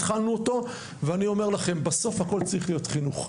התחלנו אותו ואני אומר לכם: בסוף הכול צריך להיות חינוך.